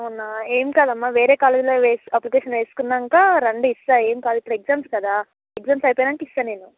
అవునా ఏమి కాదమ్మ వేరే కాలేజీలో వేస్ అప్లికేషన్ వేసుకున్నాక రండి ఇస్తాను ఏమి కాదు ఇప్పుడు ఎగ్జామ్స్ కదా ఎగ్జామ్స్ అయిపోయినాక ఇస్తాను నేను